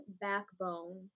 backbone